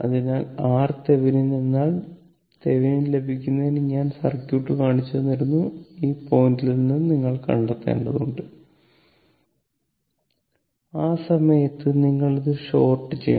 അതിനാൽ RThevenin എന്നാൽ Thevenin ലഭിക്കുന്നതിന് ഞാൻ സർക്യൂട്ട് കാണിച്ചുതന്നു ഈ പോയിന്റിൽ നിന്ന് നിങ്ങൾ കണ്ടെത്തേണ്ടതുണ്ട് ആ സമയത്ത് നിങ്ങൾ ഇത് ഷോർട് ചെയ്യണം